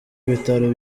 ibitaro